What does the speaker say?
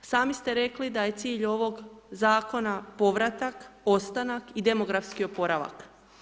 Sami ste rekli da je cilj ovog zakona povratak, ostanak i demografski oporavak.